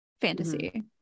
fantasy